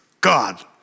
God